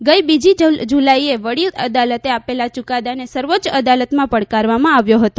ગઈ બીજી જૂલાઈએ વડી અદાલતે આપેલા યુકાદાને સર્વોચ્ય અદાલતમાં પડકારવામાં આવ્યો હતો